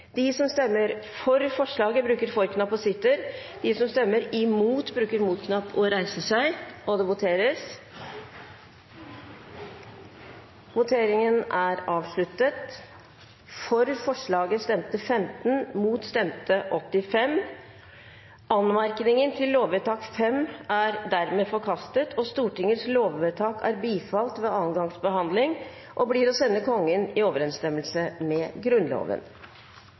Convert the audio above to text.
de støtter forslaget. Anmerkningen til lovvedtak 5 er dermed forkastet, og Stortingets lovvedtak er bifalt ved andre gangs behandling og blir å sende Kongen i overensstemmelse med Grunnloven.